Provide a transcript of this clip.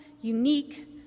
unique